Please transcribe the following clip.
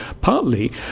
partly